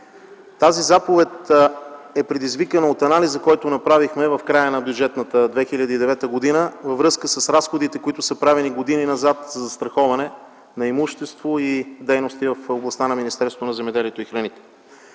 Тази заповед е предизвикана от анализа, който направихме в края на бюджетната 2009 г. във връзка с разходите, които са правени години назад за застраховане на имущество и дейности в областта на Министерството на земеделието и храните.